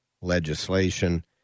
legislation